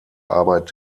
arbeit